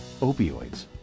opioids